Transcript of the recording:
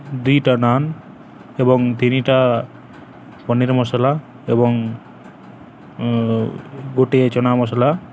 ଦୁଇଟା ନାନ୍ ଏବଂ ତିନିଟା ପନିର ମସଲା ଏବଂ ଗୋଟିଏ ଚନା ମସଲା